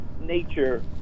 nature